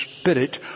Spirit